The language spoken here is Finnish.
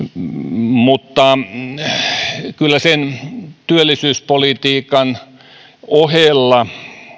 mutta kyllä sen työllisyyspolitiikan ohella